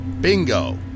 Bingo